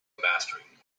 mastering